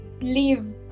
leave